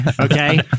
Okay